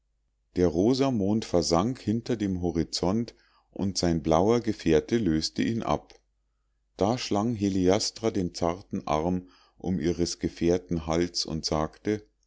der rosa mond versank hinter dem horizont und sein blauer gefährte löste ihn ab da schlang heliastra den zarten arm um ihres gefährten hals und sagte